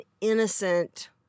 innocent